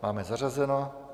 Máme zařazeno.